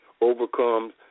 overcome